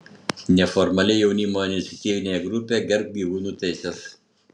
neformali jaunimo iniciatyvinė grupė gerbk gyvūnų teises